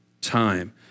time